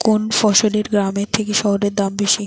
কোন ফসলের গ্রামের থেকে শহরে দাম বেশি?